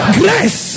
grace